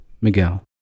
Miguel